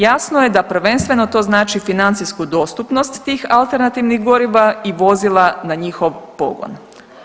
Jasno je da prvenstveno to znači financijsku dostupnost tih alternativnih goriva i vozila na njihov pogon.